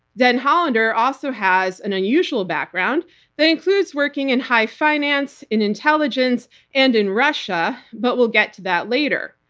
den hollander also has an unusual background that includes working in high finance, in intelligence and in russia, but we'll get to that later.